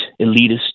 elitist